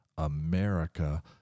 America